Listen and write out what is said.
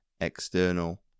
external